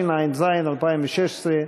התשע"ז 2016,